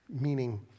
meaning